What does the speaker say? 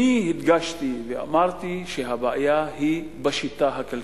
הדגשתי ואמרתי שהבעיה היא בשיטה הכלכלית,